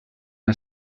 han